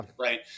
Right